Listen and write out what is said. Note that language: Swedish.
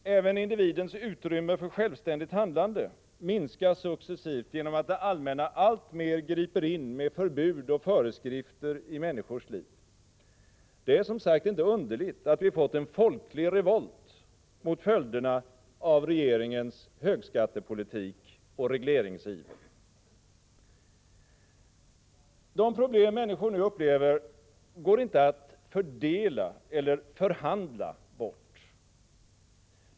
Även individens utrymme för självständigt handlande minskas successivt genom att det allmänna alltmer griper in med förbud och föreskrifter i människornas liv. Det är som sagt inte underligt att vi fått en folklig revolt mot följderna av regeringens högskattepolitik och regleringsiver. De problem människor nu upplever går inte att fördela eller förhandla bort.